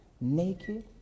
naked